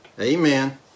Amen